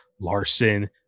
Larson